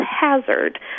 Hazard